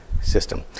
system